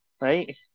right